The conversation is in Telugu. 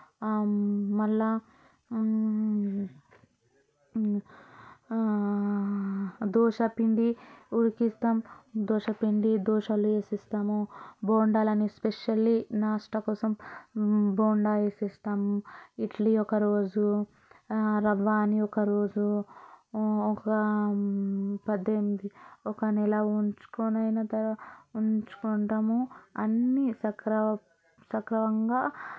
మళ్ళా దోస పిండి ఉడికిస్తాం దోస పిండి దోసెలు వేసి ఇస్తాము బోండాలని స్పెషల్లీ నాస్టా కోసం బోండా వేసి ఇస్తాము ఇడ్లీ అని ఒక రోజు రవ అని ఒక రోజు ఒక పద్దెనిమిది ఒక నెల ఉంచుకోనైనా ఉంచుకుంటాము అన్నీ సకర సక్రమంగా